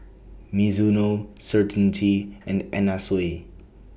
Mizuno Certainty and Anna Sui